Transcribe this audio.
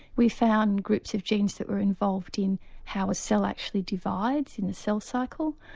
we found groups of genes that were involved in how a cell actually divides in a cell cycle,